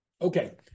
Okay